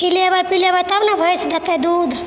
खिलेबै पिलेबै तब ने भैँस देतै दूध